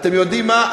ואתם יודעים מה,